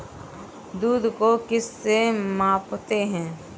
दूध को किस से मापते हैं?